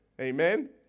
Amen